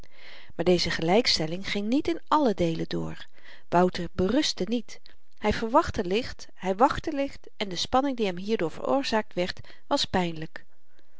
maar deze gelykstelling ging niet in àllen deele door wouter berustte niet hy verwachtte licht hy wachtte licht en de spanning die hem hierdoor veroorzaakt werd was pynlyk